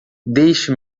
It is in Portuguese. deixe